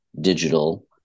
digital